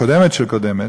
הקודמת של הקודמת,